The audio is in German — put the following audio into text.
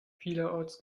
vielerorts